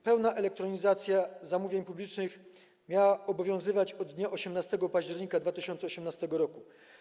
Pełna elektronizacja zamówień publicznych miała obowiązywać od dnia 18 października 2018 r.